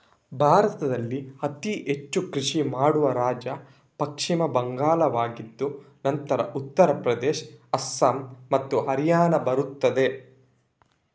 ಭಾರತದಲ್ಲಿ ಅತಿ ಹೆಚ್ಚು ಕೃಷಿ ಮಾಡುವ ರಾಜ್ಯ ಪಶ್ಚಿಮ ಬಂಗಾಳವಾಗಿದ್ದು ನಂತರ ಉತ್ತರ ಪ್ರದೇಶ, ಅಸ್ಸಾಂ ಮತ್ತು ಹರಿಯಾಣ ಬರುತ್ತದೆ